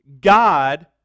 God